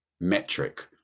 metric